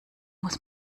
muss